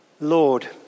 Lord